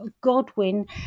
Godwin